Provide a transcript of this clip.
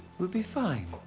we'll be fine,